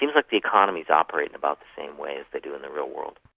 you know like the economies operate about the same way as they do in the real world.